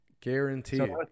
Guaranteed